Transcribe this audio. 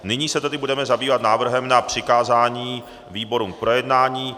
Nyní se tedy budeme zabývat návrhem na přikázání výborům k projednání.